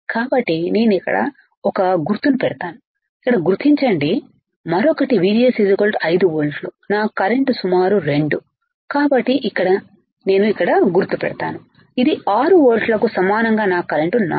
కాబట్టి నేను ఇక్కడ ఒక గుర్తును పెడతాను ఇక్కడ గుర్తించండి మరొకటి VGS 5 వోల్ట్లు నా కరెంట్ సుమారు 2 కాబట్టి నేను ఇక్కడ గుర్తు పెడతానుఇది 6 వోల్ట్లకు సమానం నా కరెంట్ 4